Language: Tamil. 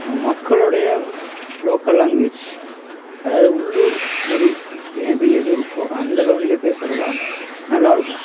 மக்களுடைய லோக்கல் லாங்குவேஜ் அதாவது உள்ளூர் மொழி எப்படி எது இருக்கோ அந்த லொழியில பேசுகிறது தான் நல்லா இருக்கும்